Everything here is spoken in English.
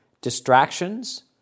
distractions